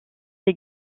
les